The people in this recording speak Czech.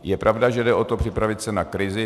Je pravda, že jde o to připravit se na krizi.